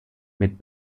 mit